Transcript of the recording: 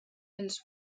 els